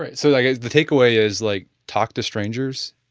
so i guess the takeaway is like talk to strangers,